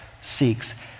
seeks